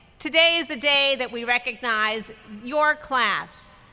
today is the day that we recognize your class.